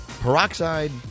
Peroxide